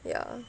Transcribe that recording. ya